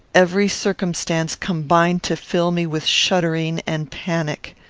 every circumstance combined to fill me with shuddering and panic.